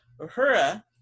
Uhura